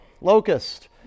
Locust